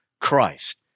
Christ